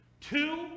Two